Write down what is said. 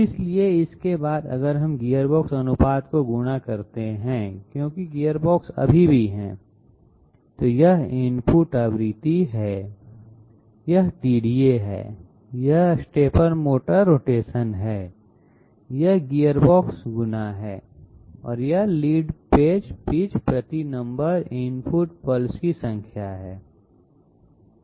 इसलिए इसके बाद अगर हम गियरबॉक्स अनुपात को गुणा करते हैं क्योंकि गियरबॉक्स अभी भी है तो यह इनपुट आवृत्ति है यह DDA है यह स्टेपर मोटर रोटेशन है यह गियरबॉक्स गुणा है और यह लीड पेच पिच प्रति नंबर इनपुट पल्स की संख्या है